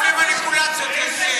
כולם ידעו מי, מה זה הפופוליזם הזה?